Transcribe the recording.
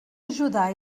ajudar